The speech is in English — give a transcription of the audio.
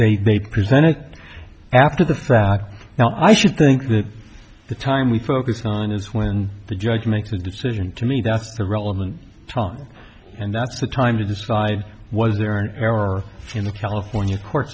they present it after the fact now i should think that the time we focus on is when the judge makes a decision to me that's the relevant time and that's the time to decide was there an error in the california court